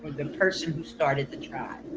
the person who started the tribe.